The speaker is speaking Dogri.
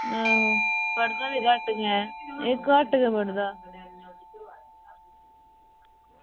पढ़दा बी घट्ट गै ऐ एह् घट्ट गै पढ़दा